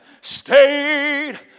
stayed